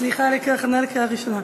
סליחה, להכנה לקריאה ראשונה.